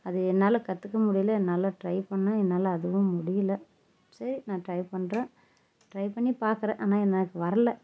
அது என்னால் கற்றுக்க முடியல என்னால் ட்ரை பண்ணேன் என்னால் அதுவும் முடியல சரி நான் ட்ரை பண்ணுறேன் ட்ரை பண்ணி பார்க்குறேன் ஆனால் எனக்கு வரல